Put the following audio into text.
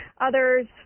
Others